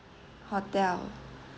hotel